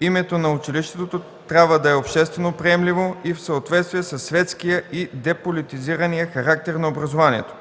„Името на училището трябва да е обществено приемливо и в съответствие със светския и деполитизирания характер на образованието.”